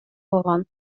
алган